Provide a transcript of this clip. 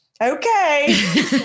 Okay